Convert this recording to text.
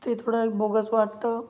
ते थोडं एक बोगस वाटतं